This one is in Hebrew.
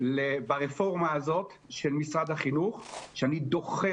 ברפורמה הזאת של משרד החינוך שאני דוחה